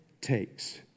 takes